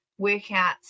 workouts